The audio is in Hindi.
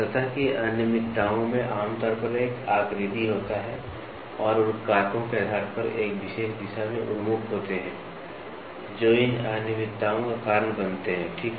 सतह की अनियमितताओं में आम तौर पर एक आकृति होता है और उन कारकों के आधार पर एक विशेष दिशा में उन्मुख होते हैं जो इन अनियमितताओं का कारण बनते हैं ठीक है